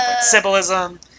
Symbolism